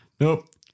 nope